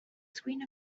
screen